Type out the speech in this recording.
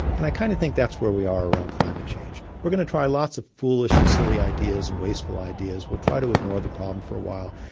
and i kind of think that's where we are around climate change. we're going to try lots of foolish and silly ideas and wasteful ideas. we'll try to ignore the problem for a while.